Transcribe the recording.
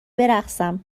برقصم